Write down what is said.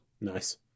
Nice